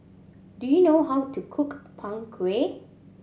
do you know how to cook Png Kueh